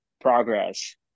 progress